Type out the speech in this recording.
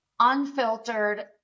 Unfiltered